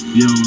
yo